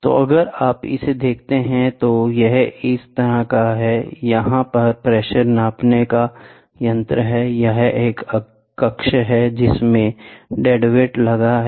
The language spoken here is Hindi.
तो अगर आप इसे देखते हैं तो यह इस तरह है यहाँ एक प्रेशर नापने का यंत्र है यहाँ एक कक्ष है जिसमें डेडवेट लगे हैं